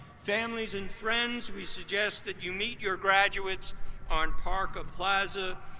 families and friends we suggest that you meet your graduates on parker plaza,